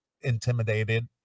intimidated